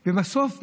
ובסוף,